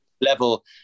level